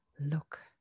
look